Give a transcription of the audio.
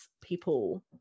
people